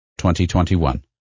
2021